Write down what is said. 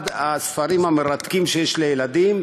אחד הספרים המרתקים שיש לילדים.